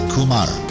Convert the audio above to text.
Kumar